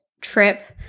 trip